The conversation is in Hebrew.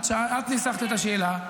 את ניסחת את השאלה,